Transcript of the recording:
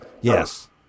Yes